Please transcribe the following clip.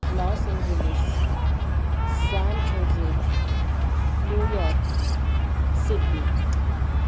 Los Angeles san jose New York Sydney